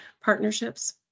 partnerships